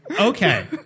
Okay